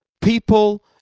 people